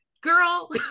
girl